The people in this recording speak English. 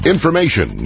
Information